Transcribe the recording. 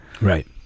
Right